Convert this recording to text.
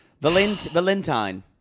Valentine